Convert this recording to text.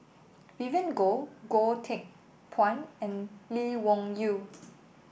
Vivien Goh Goh Teck Phuan and Lee Wung Yew